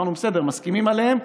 אמרנו, בסדר, מסכימים עליהם,